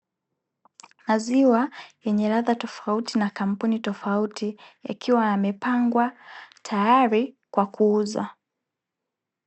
Maziwa yenye ladha tofauti na kampuni tofauti yakiwa yamepangwa tayari kwa kuuza.